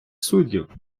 суддів